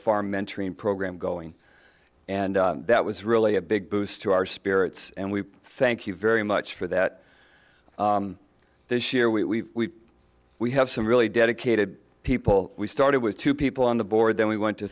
farm mentoring program going and that was really a big boost to our spirits and we thank you very much for that this year we we have some really dedicated people we started with two people on the board then we went to